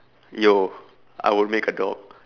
yo I will make a dog